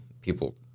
people